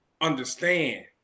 understand